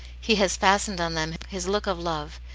he has fastened on them his look of love,